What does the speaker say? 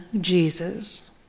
Jesus